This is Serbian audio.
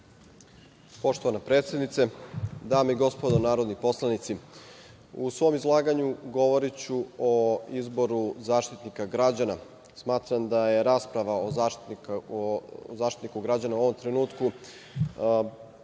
Poštovana predsednice, dame i gospodo narodni poslanici, u svom izlaganju govoriću o izboru Zaštitnika građana. Smatram da rasprava o Zaštitniku građana, u ovom trenutku,